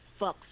fucks